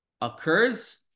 occurs